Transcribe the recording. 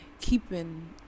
keeping